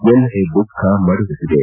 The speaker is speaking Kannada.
ಎಲ್ಲೆಡೆ ದುಃಖ ಮಡುಗಟ್ಟದೆ